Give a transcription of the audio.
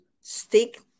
stick